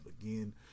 again